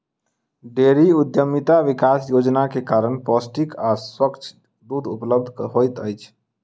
dairy उद्यमिता विकास योजना के कारण पौष्टिक आ स्वच्छ दूध उपलब्ध होइत अछि